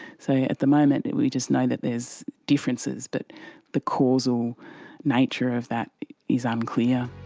so at the moment we just know that there is differences, but the causal nature of that is unclear.